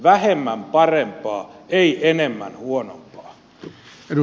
vähemmän parempaa ei enemmän huonompaa